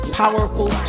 powerful